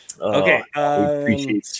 Okay